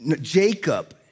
Jacob